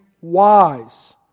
wise